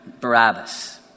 Barabbas